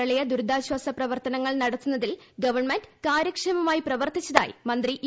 പ്രളയ ദുരിതാശ്വാസ പ്രവ്ർത്തനങ്ങൾ നടത്തുന്നതിൽ ഗവൺമെന്റ് കാര്യ ക്ഷമമായി പ്രവർത്തിച്ചതായി മന്ത്രി ഇ